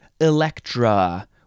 Electra